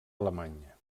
alemanya